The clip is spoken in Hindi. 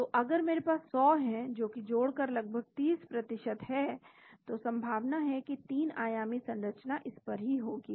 तो अगर मेरे पास 100 है जोकि जोड़कर लगभग 30 है तो संभावना है कि 3 आयामी संरचना इस पर ही होगी